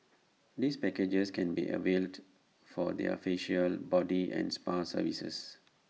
these packages can be availed for their facial body and spa services